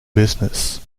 business